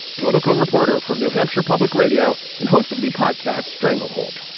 political reporter from new hampshire public radio and host of the podcast stranglehold.